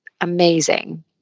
amazing